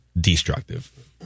destructive